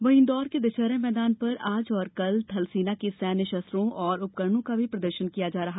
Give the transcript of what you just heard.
वहीं इंदौर के दषहरा मैदान में आज और कल थल सेना के सैन्य शस्त्रों और उपकरणों का भी प्रदर्षन किया जाएगा